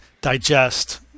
digest